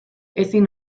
ezin